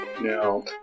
No